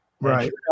Right